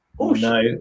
No